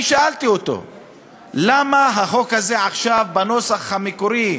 אני שאלתי אותו למה החוק הזה, הנוסח המקורי,